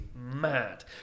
mad